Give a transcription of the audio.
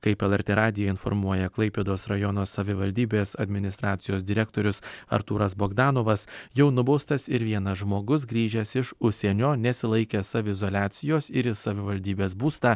kaip lrt radiją informuoja klaipėdos rajono savivaldybės administracijos direktorius artūras bogdanovas jau nubaustas ir vienas žmogus grįžęs iš užsienio nesilaikė saviizoliacijos ir į savivaldybės būstą